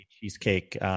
cheesecake